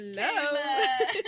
Hello